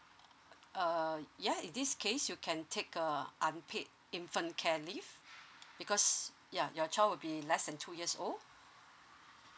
uh ya in this case you can take uh unpaid infant care leave because ya your child will be less than two years old